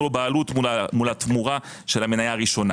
לו בעלות מול התמורה של המניה הראשונה.